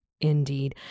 Indeed